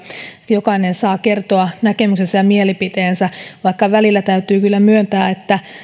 jokainen saa kertoa näkemyksensä ja mielipiteensä vaikka täytyy kyllä myöntää että välillä